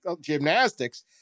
gymnastics